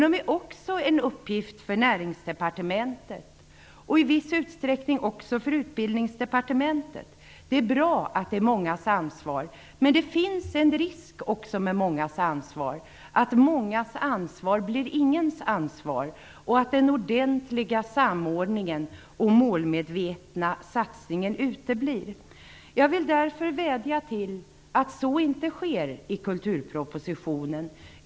De är också en uppgift för Näringsdepartementet och i viss utsträckning för Utbildningsdepartementet. Det är bra att de är mångas ansvar. Men det finns en risk att mångas ansvar blir ingens ansvar och att den ordentliga samordningen och målmedvetna satsningen uteblir. Jag vill därför vädja om att så inte skall ske i kulturpropositionen.